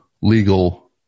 legal